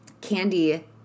Candy